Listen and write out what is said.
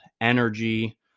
energy